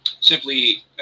Simply